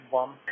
one